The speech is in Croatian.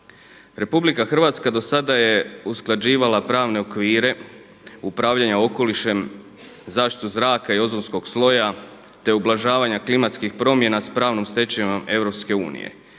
Republika Hrvatska do sada je usklađivala pravne okvire upravljanja okolišem, zaštitu zraka i ozonskog sloja te ublažavanja klimatskih promjena sa pravnom stečevinom EU.